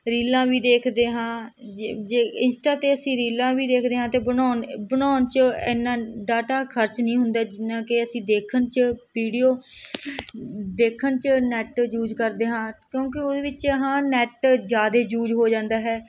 ਰੀਲਾਂ ਵੀ ਦੇਖਦੇ ਹਾਂ ਜੇ ਜੇ ਇੰਸਟਾ 'ਤੇ ਅਸੀਂ ਰੀਲਾਂ ਵੀ ਦੇਖਦੇ ਹਾਂ ਤਾਂ ਬਣਾਉਣ ਬਣਾਉਣ 'ਚ ਇੰਨਾ ਡਾਟਾ ਖਰਚ ਨਹੀਂ ਹੁੰਦਾ ਜਿੰਨਾ ਕਿ ਅਸੀਂ ਦੇਖਣ 'ਚ ਵੀਡੀਓ ਦੇਖਣ 'ਚ ਨੇਟ ਯੂਜ ਕਰਦੇ ਹਾਂ ਕਿਉਂਕਿ ਉਹਦੇ 'ਚ ਹਾਂ ਨੈਟ ਜ਼ਿਆਦਾ ਯੂਜ ਹੋ ਜਾਂਦਾ ਹੈ